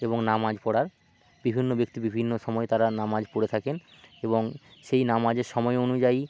এবং নামাজ পড়ার বিভিন্ন ব্যক্তি বিভিন্ন সময়ে তারা নামাজ পড়ে থাকেন এবং সেই নামাজের সময় অনুযায়ী